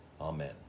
Amen